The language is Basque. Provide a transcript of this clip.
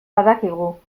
badakigu